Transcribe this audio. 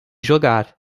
jogar